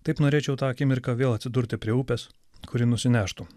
taip norėčiau tą akimirką vėl atsidurti prie upės kuri nusineštų